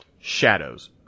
Shadows